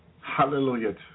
Hallelujah